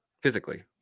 physically